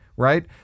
right